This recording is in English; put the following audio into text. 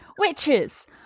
Witches